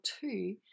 two